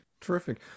terrific